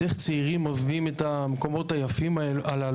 איך צעירים עוזבים את המקומות הללו.